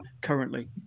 currently